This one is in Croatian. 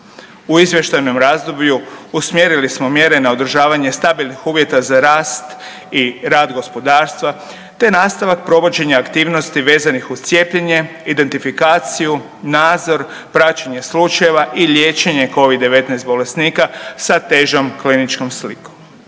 U izvještajnom razdoblju, usmjerili smo mjere na održavanje stabilnih uvjeta za rast i rad gospodarstva te nastavak provođenja aktivnosti vezanih uz cijepljenje, identifikaciju, nadzor, praćenje slučajeva i liječenje Covid-19 bolesnika sa težom kliničkom slikom.